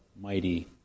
mighty